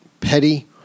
petty